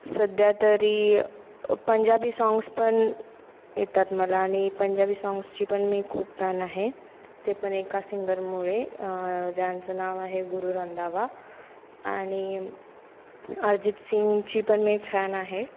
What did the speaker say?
सध्या तरी पंजाबी साँग्स पण येतात मला आणि पंजाबी साँग्सची पण मी खूप फॅन आहे ते पण एका सिंगरमुळे ज्यांचं नाव आहे गुरु रंधावा आणि अरजित सिंगची पण मी फॅन आहे